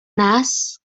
nas